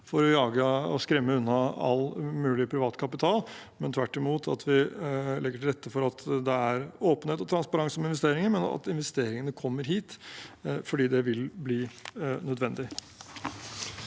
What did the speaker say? og skremme unna all mulig privat kapital, men at vi tvert imot legger til rette for at det er åpenhet og transparens om investeringer, og at investeringene kommer hit, for det vil bli nødvendig.